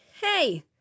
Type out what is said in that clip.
Hey